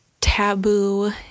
taboo